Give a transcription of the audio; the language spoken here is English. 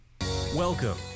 Welcome